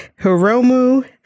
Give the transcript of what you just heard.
Hiromu